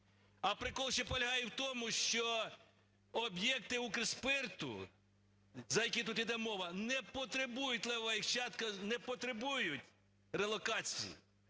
А прикол ще полягає в тому, що об'єкти Укрспирту, за які тут іде мова, не потребують, левова їх частка, не потребують релокації.